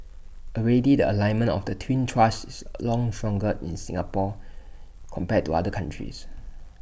already the alignment of the twin thrusts is A long stronger in Singapore compared to other countries